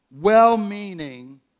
well-meaning